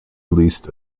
released